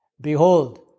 behold